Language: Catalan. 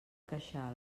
queixal